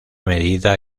medida